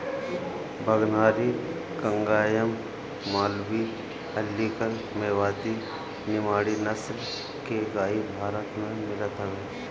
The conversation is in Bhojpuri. भगनारी, कंगायम, मालवी, हल्लीकर, मेवाती, निमाड़ी नसल के गाई भारत में मिलत हवे